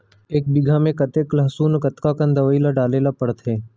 एक बीघा में कतेक लहसुन कतका कन दवई ल डाले ल पड़थे?